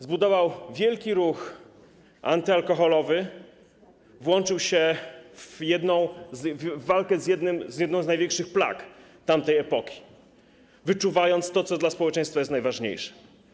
Zbudował wielki ruch antyalkoholowy, włączył się w walkę z jedną z największych plag tamtej epoki, wyczuwając to, co dla społeczeństwa jest najważniejsze.